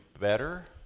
better